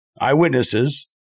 eyewitnesses